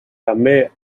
també